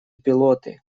пилоты